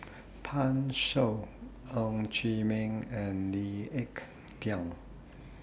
Pan Shou Ng Chee Meng and Lee Ek Tieng